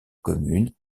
commune